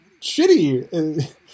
shitty